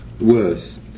worse